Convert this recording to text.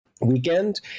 weekend